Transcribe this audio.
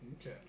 Okay